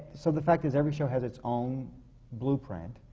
so the fact is, every show has its own blueprint.